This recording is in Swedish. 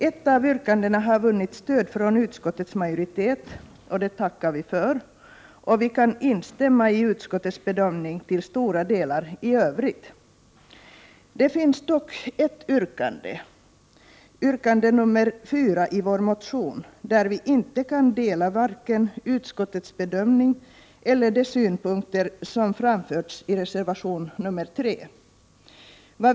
Ett av yrkandena har vunnit stöd från utskottets majoritet, och det tackar vi för. Vi kan också instämma i utskottets bedömning i övrigt till stora delar. Det finns dock ett yrkande i vår motion — yrkande 4 — som innebär att vi inte kan dela vare sig utskottets bedömning eller de synpunkter som framförts i reservation 3.